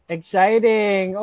Exciting